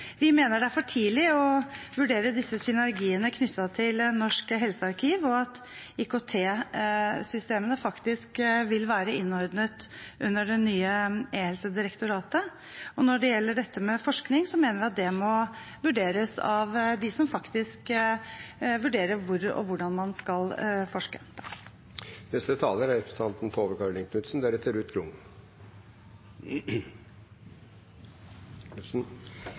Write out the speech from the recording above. Vi mener det er for tidlig å vurdere disse synergiene knyttet til Norsk helsearkiv, og at IKT-systemene vil være innordnet under det nye Direktoratet for e-helse. Når det gjelder dette med forskning, mener vi at det må vurderes av dem som faktisk vurderer hvor og hvordan man skal forske. Jeg fikk et visst behov for å snakke om ventetider og ventelister, for det er